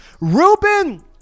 Ruben